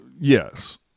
Yes